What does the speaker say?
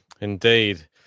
Indeed